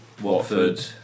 Watford